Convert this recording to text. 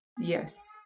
Yes